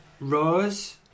Rose